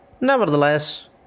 Nevertheless